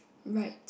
right